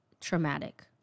Traumatic